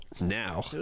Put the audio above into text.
now